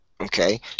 Okay